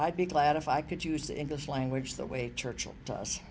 i'd be glad if i could use the english language that way churchill to us